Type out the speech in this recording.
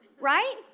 right